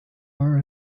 are